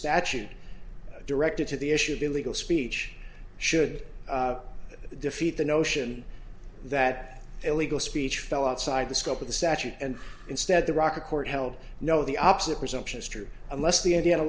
statute directed to the issue of illegal speech should defeat the notion that illegal speech fell outside the scope of the statute and instead the rock a court held no the opposite presumption is true unless the idea t